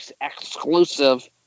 exclusive